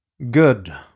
Good